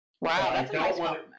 Wow